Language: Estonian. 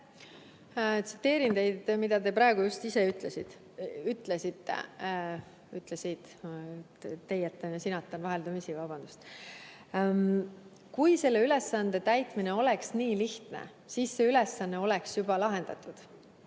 Tsiteerin seda, mida te ... sa praegu just ise ütlesid. Teietan ja sinatan vaheldumisi, vabandust! Kui selle ülesande täitmine oleks nii lihtne, siis see ülesanne oleks juba lahendatud.